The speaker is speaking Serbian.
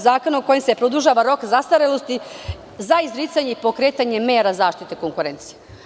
Zakona kojim se produžava rok zastarelosti za izricanje i pokretanje mera zaštite konkurencije.